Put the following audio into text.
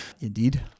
Indeed